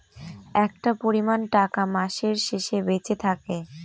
একটা পরিমান টাকা মাসের শেষে বেঁচে থাকে